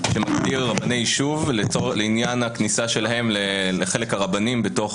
שמגדיר רבני יישוב לעניין הכניסה שלכם לחלק הרבנים בתוך